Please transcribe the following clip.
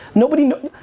nobody knows,